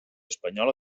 espanyola